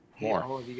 more